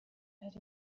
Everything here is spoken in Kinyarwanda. hari